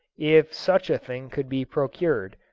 if such a thing could be procured,